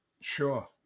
Sure